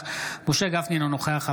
אינו נוכח משה גפני,